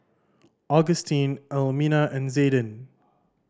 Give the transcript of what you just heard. Augustin Elmina and Zayden